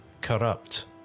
corrupt